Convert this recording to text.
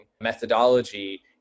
methodology